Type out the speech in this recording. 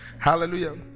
Hallelujah